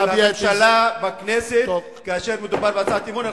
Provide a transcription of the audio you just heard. שהממשלה לא בכנסת כאשר מדובר בהצעת אי-אמון.